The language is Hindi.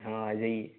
हाँ आ जाइए